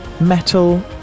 metal